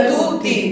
tutti